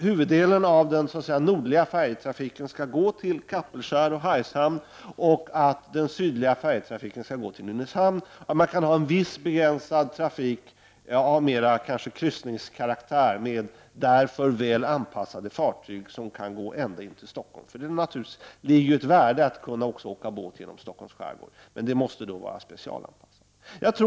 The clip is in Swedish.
Huvuddelen av den nordliga färjetrafiken skall gå till Kapellskär och Hargshamn, och den sydliga färjetrafiken skall gå till Nynäshamn. Det kan vara en viss begränsad trafik av kryssningskaraktär med därför väl anpassade fartyg som kan gå ända in till Stockholm. Det ligger naturligtvis ett värde i att kunna åka båt genom Stockholms skärgård. Men det måste då vara specialanpassat.